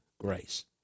grace